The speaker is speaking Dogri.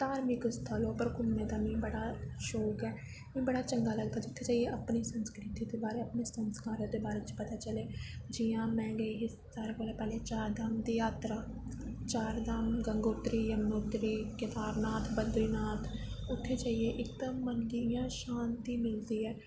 धार्मिक स्थलें पर घूमनें दा मिगी बड़ी शौंक ऐ मीं बड़ा चंगा लगदा जित्थें जाइयै अपनी संस्कृति दे बारे च संस्कारें दे बारे च पता चलै जियां में सारें कोला दा पैह्लें गेई ही चार धाम दी जात्तरा चार धाम जमनोत्री गंगोत्री बद्दरीनाथ उत्थें जाइयै इयां इक ते मन गी इयां शांती मिलदी ऐ